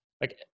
Like-